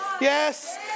Yes